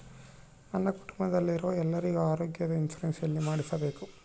ನನ್ನ ಕುಟುಂಬದಲ್ಲಿರುವ ಎಲ್ಲರಿಗೂ ಆರೋಗ್ಯದ ಇನ್ಶೂರೆನ್ಸ್ ಎಲ್ಲಿ ಮಾಡಿಸಬೇಕು?